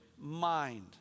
mind